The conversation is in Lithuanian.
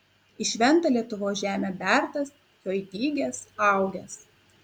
į šventą lietuvos žemę bertas joj dygęs augęs